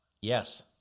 Yes